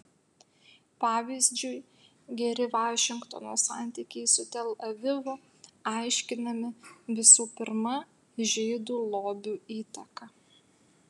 pavyzdžiui geri vašingtono santykiai su tel avivu aiškinami visų pirma žydų lobių įtaka